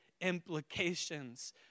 implications